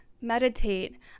Meditate